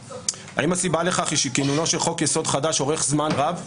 האם הסיבה לכך היא שכינונו של חוק-יסוד חדש אורך זמן רב יותר,